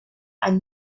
and